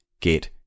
get